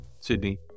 Sydney